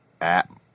app